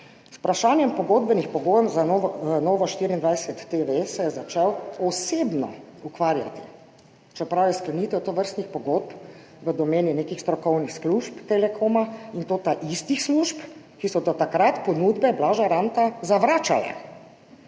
vprašanjem pogodbenih pogojev za Novo24TV se je začel osebno ukvarjati, čeprav je sklenitev tovrstnih pogodb v domeni nekih strokovnih služb Telekoma, in to ta istih služb, ki so do takrat ponudbe Blaža Ranta zavračale.